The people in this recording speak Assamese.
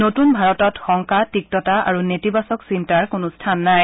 নতুন ভাৰতত শংকা তিক্তা আৰু নেতিবাচক চিন্তাৰ কোনো স্থান নাই